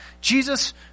Jesus